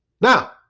Now